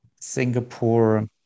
Singapore